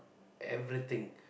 everything